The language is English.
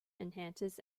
enhances